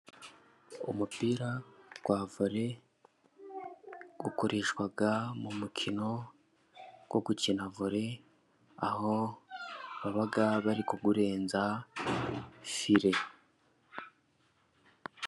Umupira wa vore ukoreshwa mu mukino wo gukina vore, aho baba bari kurenza fire.